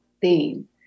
theme